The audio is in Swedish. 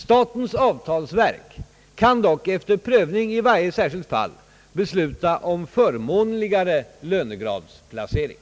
Statens avtalsverk kan dock efter prövning i varje särskilt fall besluta om förmånligare lönegradsplacering.